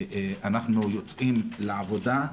אנחנו יוצאים לעבודה.